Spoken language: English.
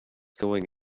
going